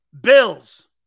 Bills